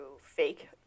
fake